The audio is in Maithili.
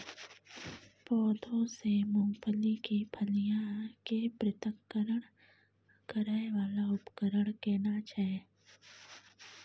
पौधों से मूंगफली की फलियां के पृथक्करण करय वाला उपकरण केना छै?